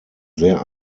sehr